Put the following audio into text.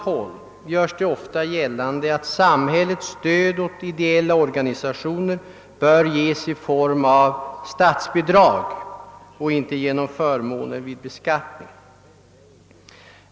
håll gör man ofta gällande att samhällets stöd till ideella organisationer bör utgå i form av statsbidrag, inte genom förmåner vid beskattningen.